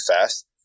fast